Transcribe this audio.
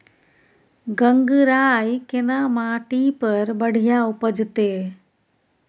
गंगराय केना माटी पर बढ़िया उपजते?